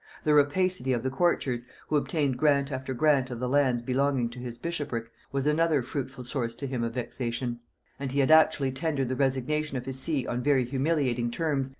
the rapacity of the courtiers, who obtained grant after grant of the lands belonging to his bishopric, was another fruitful source to him of vexation and he had actually tendered the resignation of his see on very humiliating terms,